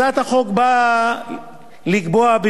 הצעת החוק באה לקבוע,